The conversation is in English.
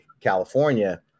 California